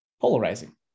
polarizing